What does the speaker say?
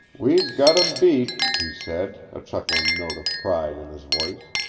we've got em beat, he said, a chuckling note of pride in his voice.